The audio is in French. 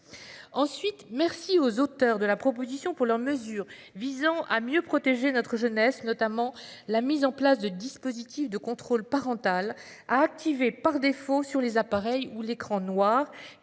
ensuite merci aux auteurs de la proposition pour leurs mesures visant à mieux protéger notre jeunesse notamment la mise en place de dispositifs de contrôle parental a activé par défaut sur les appareils où l'écran noir